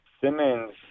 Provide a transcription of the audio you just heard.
Simmons